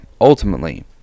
Ultimately